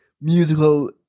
musical